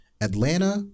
Atlanta